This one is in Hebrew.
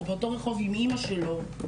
או באותו רחוב עם אמא שלו,